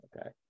Okay